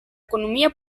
economia